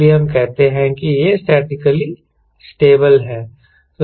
इसलिए हम कहते हैं कि यह स्टैटिकली स्टेबल है